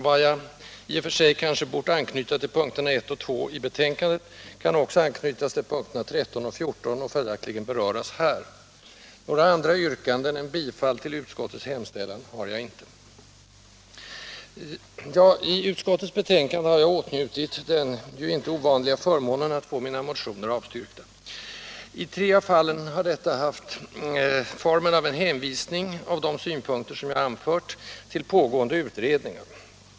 Vad jag i och för sig kanske hade bort anknyta till punkterna 1 och 2 i betänkandet kan också anknytas till punkterna 13 och 14 och följaktligen beröras här. Några andra yrkanden än bifall till utskottets hemställan har jag inte. I utskottets betänkande har jag åtnjutit den inte ovanliga förmånen att få mina motioner avstyrkta. I tre av fallen har detta haft formen av en hänvisning av de synpunkter, som anförts i motionerna, till pågående utredningar.